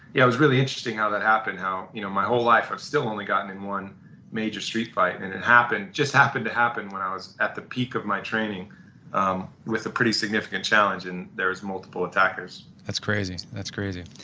it was really interesting how that happened, how you know my whole life i've still only gotten in one major street fight and it happened, it just happened to happen when i was at the peak of my training with a pretty significant challenge and there were multiple attackers that's crazy. that's crazy,